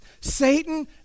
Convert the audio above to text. Satan